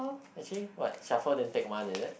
actually what shuffle then take one is it